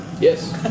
yes